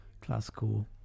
classical